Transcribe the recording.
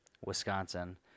Wisconsin